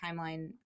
timeline